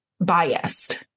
biased